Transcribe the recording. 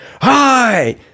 Hi